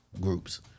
groups